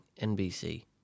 NBC